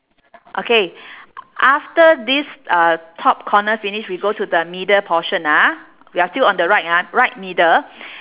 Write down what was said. okay after this uh top corner finish we go to the middle portion ah we are still on the right ah right middle